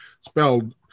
spelled